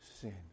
sin